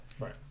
Right